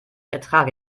ertrage